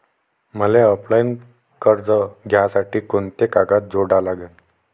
मले ऑफलाईन कर्ज घ्यासाठी कोंते कागद जोडा लागन?